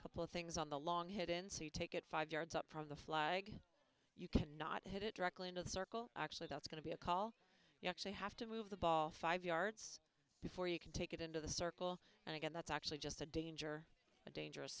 line couple things on the long hidden so you take it five yards up from the flag you cannot hit it directly into the circle actually that's going to be a call you actually have to move the ball five yards before you can take it into the circle and again that's actually just a danger a dangerous